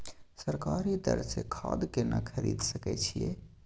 सरकारी दर से खाद केना खरीद सकै छिये?